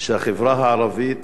שהחברה הערבית